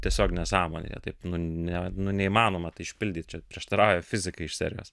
tiesiog nesąmonė taip nu ne nu neįmanoma tai išpildyt čia prieštarauja fizikai iš serijos